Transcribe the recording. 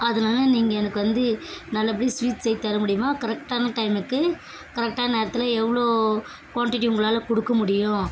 அதனால் நீங்க எனக்கு வந்து நல்லபடியா ஸ்வீட் செய்து தர முடியுமா கரெக்டான டைமுக்கு கரெக்டான நேரத்தில் எவ்வளோ குவான்டிட்டி உங்களால் கொடுக்க முடியும்